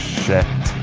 shit.